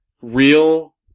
real